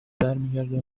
برمیگرده